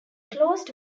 closed